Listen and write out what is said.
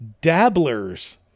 Dabblers